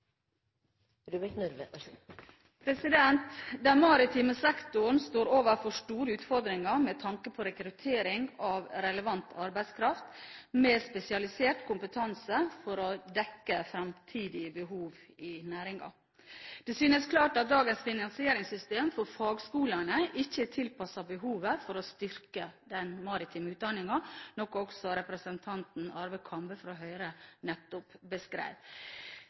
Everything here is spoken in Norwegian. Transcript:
Den maritime sektoren står overfor store utfordringer med tanke på rekruttering av relevant arbeidskraft med spesialisert kompetanse for å dekke fremtidige behov i næringen. Det synes klart at dagens finansieringssystem for fagskolene ikke er tilpasset behovet for å styrke den maritime utdanningen, noe også representanten Arve Kambe fra Høyre nettopp